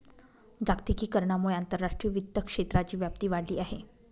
जागतिकीकरणामुळे आंतरराष्ट्रीय वित्त क्षेत्राची व्याप्ती वाढली आहे